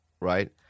right